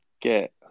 get